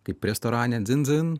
kaip restorane dzin dzin